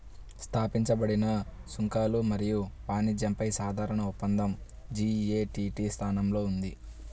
స్థాపించబడిన సుంకాలు మరియు వాణిజ్యంపై సాధారణ ఒప్పందం జి.ఎ.టి.టి స్థానంలో ఉంది